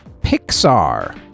Pixar